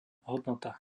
hodnota